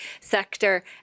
sector